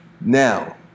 Now